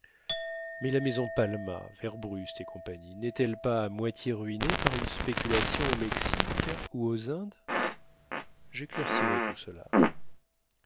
mais la maison palma werbrust et compagnie n'est-elle pas à moitié ruinée par une spéculation au mexique ou aux indes j'éclaircirai tout cela